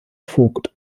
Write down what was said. vogt